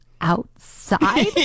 outside